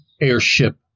airship